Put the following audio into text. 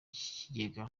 kigega